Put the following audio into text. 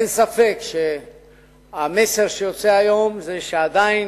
אין ספק שהמסר שיוצא היום זה שעדיין